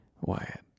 Wyatt